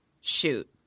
Shoot